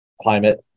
climate